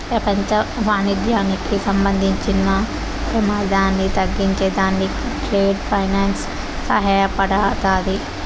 పెపంచ వాణిజ్యానికి సంబంధించిన పెమాదాన్ని తగ్గించే దానికి ట్రేడ్ ఫైనాన్స్ సహాయపడతాది